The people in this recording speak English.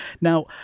now